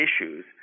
issues